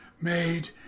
made